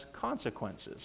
consequences